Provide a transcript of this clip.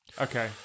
Okay